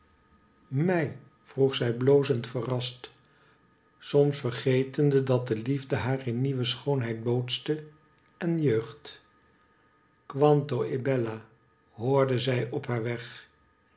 mij vroeg zij blozend verrast soms vergetende dat de liefde haar in nieuwe schoonheid bootste en jeugd quanto e bella hoorde zij op haar weg